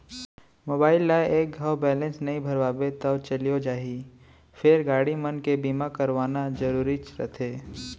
mobile ल एक घौं बैलेंस नइ भरवाबे तौ चलियो जाही फेर गाड़ी मन के बीमा करवाना जरूरीच रथे